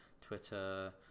Twitter